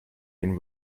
been